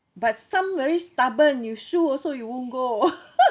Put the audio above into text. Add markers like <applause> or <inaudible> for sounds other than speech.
but some very stubborn you shoo also it won't go <laughs>